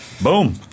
Boom